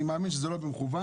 אני מאמין שזה לא במכוון,